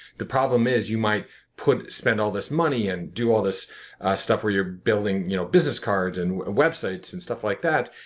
the problem is you might spend all this money and do all this stuff where you're building you know business cards and websites and stuff like that.